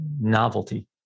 novelty